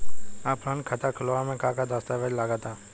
Offline खाता खुलावे म का का दस्तावेज लगा ता?